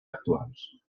actuals